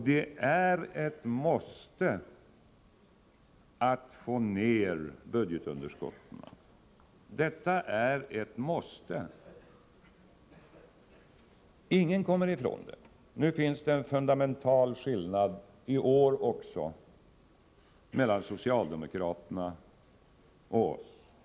Det är ett måste att få ned budgetunderskottet — det kommer ingen ifrån. Det finns en fundamental skillnad mellan socialdemokraterna och oss även i år.